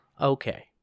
Okay